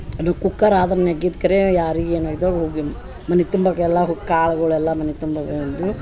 ಅದು ಕುಕ್ಕರ್ ಆದ್ರ ನೆಗ್ಗಿದ್ಕರೇ ಯಾರಿಗೆ ಏನಾಯಿತೋ ಹೋಗಿಮ್ ಮನೆ ತುಂಬಕೆಲ್ಲ ಹುಗ್ ಕಾಳ್ಗುಳು ಎಲ್ಲ ಮನೆ ತುಂಬಗ ಇದ್ವು